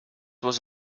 was